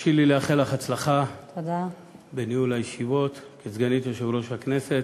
הרשי לי לאחל לך הצלחה בניהול הישיבות כסגנית יושב-ראש הכנסת.